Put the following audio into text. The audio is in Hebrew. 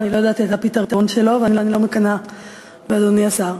אני לא יודעת מה הפתרון שלו ואני לא מקנאת באדוני השר.